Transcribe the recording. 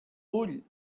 vull